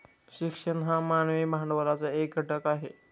शिक्षण हा मानवी भांडवलाचा एक घटक आहे